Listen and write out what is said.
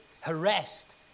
harassed